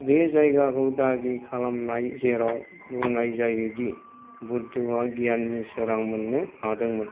बे जायगाखौ दागि खालामनाय जेराव बुंनाय जायोदि बुध्दआ गियाननि सोरां मोननो हादोंमोन